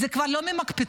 זה כבר לא מהמקפצה,